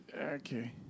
Okay